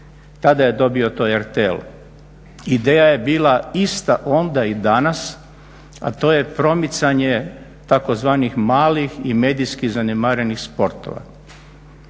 Tada je dobio to RTL. Ideja je bila ista onda i danas, a to je promicanje tzv. malih i medijski zanemarenih sportova.